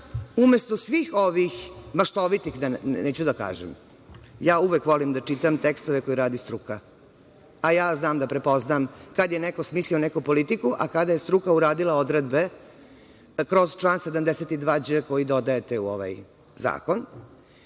umesto svih ovih maštovitih, neću da kažem, uvek volim da čitam tekstove koje radi struka, a znam da prepoznam kad je neko smislio neku politiku, a kada je struka uradila odredbe kroz član 72đ, koji dodajete u ovaj zakon.